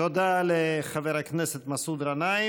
תודה לחבר הכנסת מסעוד גנאים.